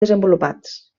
desenvolupats